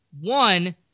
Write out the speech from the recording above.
One